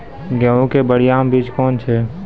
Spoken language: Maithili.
गेहूँ के बढ़िया बीज कौन छ?